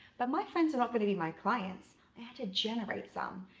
but my friends were not gonna be my clients. i had to generate some.